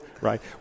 right